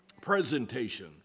Presentation